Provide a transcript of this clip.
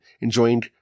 enjoying